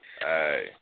Hey